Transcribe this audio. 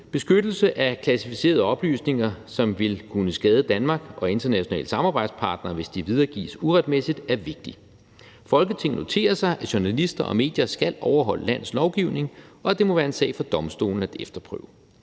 »Beskyttelse af klassificerede oplysninger, som vil kunne skade Danmark og internationale samarbejdspartnere, hvis de videregives uretmæssigt, er vigtigt. Folketinget noterer sig, at journalister og medier skal overholde landets lovgivning, og at det må være en sag for domstolene at efterprøve.